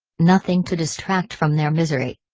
nothing to distract from their misery.